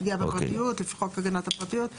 פגיעה בפרטיות לפי חוק הגנת הפרטיות.